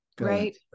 Right